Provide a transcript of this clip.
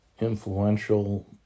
influential